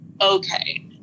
okay